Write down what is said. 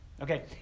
Okay